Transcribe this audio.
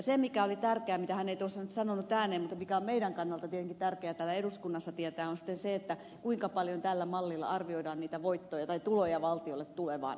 se mikä oli tärkeää mitä hän ei tuossa nyt sanonut ääneen mutta mikä on meidän kannaltamme tietenkin tärkeää täällä eduskunnassa tietää on sitten se kuinka paljon tällä mallilla arvioidaan niitä tuloja valtiolle tulevan